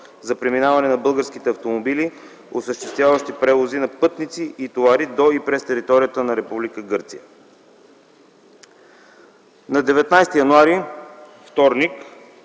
за преминаване на българските автомобили, осъществяващи превози на пътници и товари до и през територията на Република